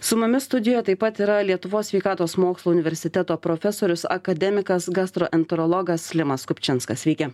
su mumis studijoje taip pat yra lietuvos sveikatos mokslų universiteto profesorius akademikas gastroenterologas limas kupčinskas sveiki